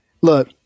look